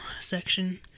section